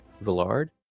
Villard